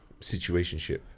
Situationship